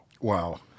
Wow